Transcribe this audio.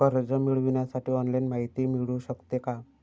कर्ज मिळविण्यासाठी ऑनलाईन माहिती मिळू शकते का?